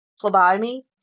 phlebotomy